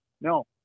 no